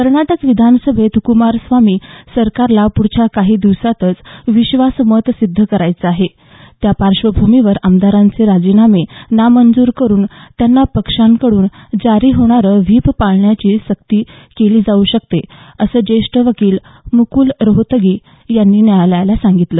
कर्नाटक विधानसभेत कुमारस्वामी सरकारला पुढच्या काही दिवसांतच विश्वासमत सिद्ध करायचं आहे त्या पार्श्वभूमीवर आमदारांचे राजीनामे नामंजूर करून त्यांना पक्षाकडून जारी होणारं व्हिप पाळण्याची सक्ती केली जाऊ शकते असं ज्येष्ठ वकील मुकूल रोहतगी यांनी न्यायालयाला सांगितलं